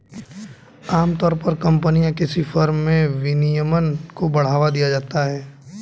आमतौर पर कम्पनी या किसी फर्म में विनियमन को बढ़ावा दिया जाता है